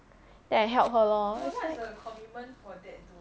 then I help her lor